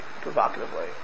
provocatively